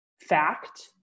fact